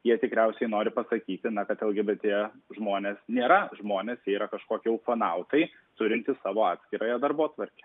jie tikriausiai nori pasakyti na kad lgbt žmonės nėra žmonės jie yra kažkokie ufonautai turintys savo atskirąją darbotvarkę